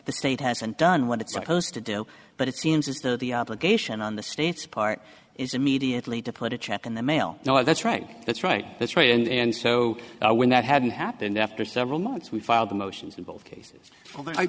the state hasn't done what it's supposed to do but it seems as though the obligation on the state's part is immediately to put a check in the mail no that's right that's right that's right and so when that hadn't happened after several months we filed the motions in both cases i